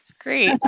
Great